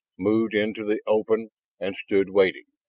moved into the open and stood waiting,